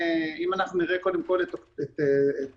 אם אנחנו נראה את אוגוסט,